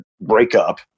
breakup